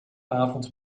avond